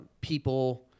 people